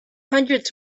hundreds